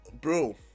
bro